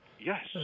yes